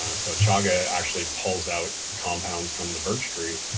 ah so chaga actually pulls out compounds from the birch tree.